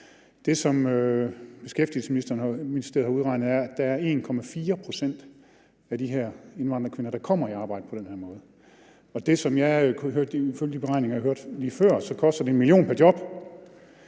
Det, som Beskæftigelsesministeriet har udregnet, er, at der er 1,4 pct. af de her indvandrerkvinder, der kommer i arbejde på den her måde. Og ifølge de beregninger, jeg hørte lige før, koster det 1 mio. kr. pr. job.